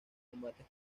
combates